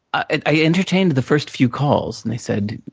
i entertained the first few calls. and they said,